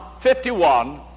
51